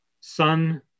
son